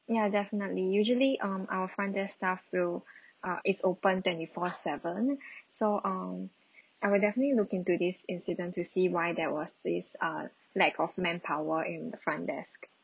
ya definitely usually um our front desk staff will uh it's open twenty four seven so um I will definitely look into this incident to see why there was this err lack of manpower in the front desk